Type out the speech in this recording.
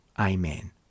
Amen